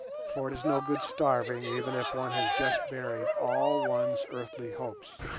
for it is no good starving even if one has just buried all one's earthly hopes.